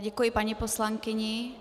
Děkuji paní poslankyni.